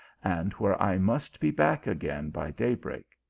and where i must be back again by day-break.